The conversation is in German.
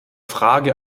frage